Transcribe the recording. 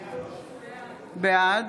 בעד